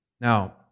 Now